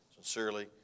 Sincerely